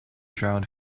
drowned